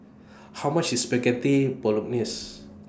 How much IS Spaghetti Bolognese